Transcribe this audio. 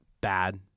Bad